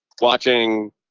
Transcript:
watching